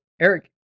Eric